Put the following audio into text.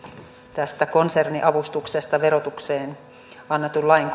tästä konserniavustuksesta verotukseen annetun lain